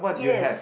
yes